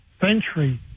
century